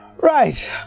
Right